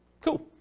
Cool